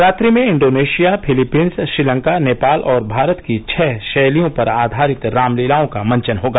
रात्रि में Indonesia Philippines Sri Lanka Nepal और भारत की छः शैलियों पर आधारित रामलीलाओं का मंचन होगा